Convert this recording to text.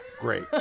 great